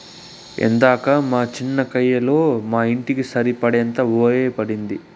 ఏందక్కా మా చిన్న కయ్యలో మా ఇంటికి సరిపడేంత ఒరే పండేది